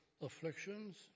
afflictions